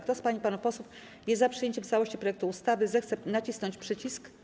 Kto z pań i panów posłów jest za przyjęciem w całości projektu ustawy, zechce nacisnąć przycisk.